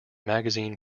magazine